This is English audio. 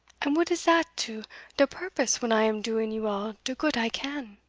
and what is dat to de purpose when i am doing you all de goot i can?